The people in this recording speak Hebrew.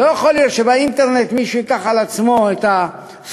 לא יכול להיות שבאינטרנט מישהו ייקח לעצמו את הזכות